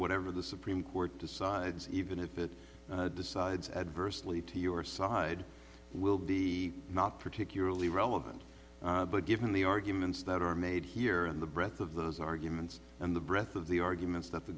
whatever the supreme court decides even if it decides adversely to your side will be not particularly relevant but given the arguments that are made here in the breath of those arguments and the breath of the arguments that the